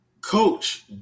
Coach